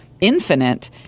infinite